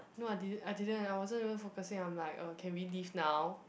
no I did didn't I wasn't even focusing I'm like uh can we leave now